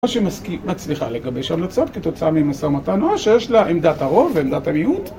מה שמצליחה לגבש המלצות, כתוצאה ממשא ומתן או שיש לה עמדת הרוב ועמדת המיעוט.